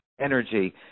energy